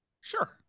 Sure